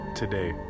today